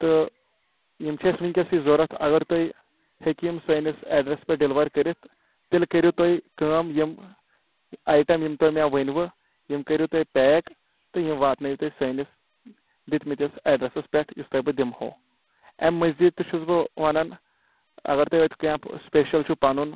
تہٕ یِم چھِ اَسِہ ؤنکٮ۪سٕے ضرَوٗرت اگر تُہۍ ہیٚکہِ یِم سٲنِس اٮ۪ڈرَسس پٮ۪ٹھ ڈِلوَر کٔرِتھ تیٚلہِ کٔرِو تُہۍ کٲم یِم آیٹَم یِم تۄہہِ مےٚ ؤنوٕ یِم کٔرِو تُہۍ پیک تہٕ یِم واتنٲیِو تُہۍ سٲنِس دِتمٕتِس اٮ۪ڈرَسَس پٮ۪ٹھ یُس تۄہہِ بہٕ دِمہو اَمہِ مٔزیٖد تہِ چھُس بہٕ وَنَان اگر تُہۍ اَتہِ کینٛہہ سٕپیشَل چھُ پَنُن